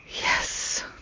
Yes